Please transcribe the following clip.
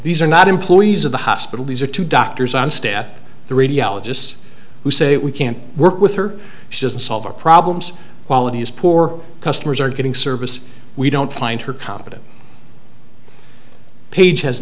these are not employees of the hospital these are two doctors on staff the radiologists who say we can't work with her just solve our problems quality is poor customers are getting service we don't find her competent page has